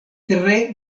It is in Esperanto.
tre